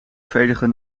verenigde